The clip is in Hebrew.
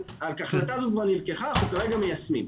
אבל ההחלטה הזאת כבר נלקחה, אנחנו כרגע מיישמים.